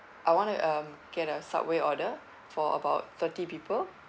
I want to um get a subway order for about thirty people